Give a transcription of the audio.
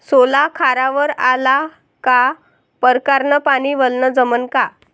सोला खारावर आला का परकारं न पानी वलनं जमन का?